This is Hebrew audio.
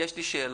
שאלה.